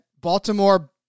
Baltimore